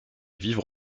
vivre